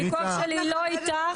הוויכוח שלי הוא לא איתך.